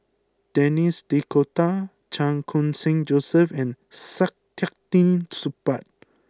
Denis D'Cotta Chan Khun Sing Joseph and Saktiandi Supaat